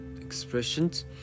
expressions